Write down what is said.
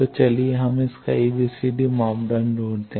तो चलिए हम इसका ABCD मापदंड ढूंढते हैं